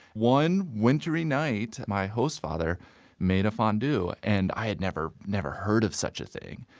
one wintry night my host father made a fondue. and i had never never heard of such a thing.